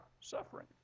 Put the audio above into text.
suffering